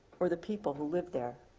or the people who live there.